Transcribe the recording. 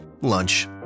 Lunch